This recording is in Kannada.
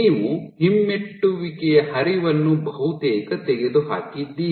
ನೀವು ಹಿಮ್ಮೆಟ್ಟುವಿಕೆಯ ಹರಿವನ್ನು ಬಹುತೇಕ ತೆಗೆದುಹಾಕಿದ್ದೀರಿ